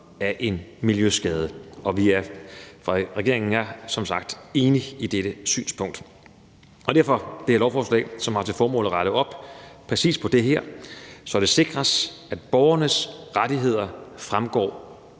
af en miljøskade«. Regeringen er som sagt enig i dette synspunkt. Derfor fremsættes det her lovforslag, som har til formål at rette op på præcis det her, så det sikres, at borgernes rettigheder fremgår